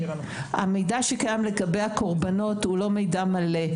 הוא לא מידע מלא.